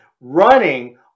running